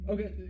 Okay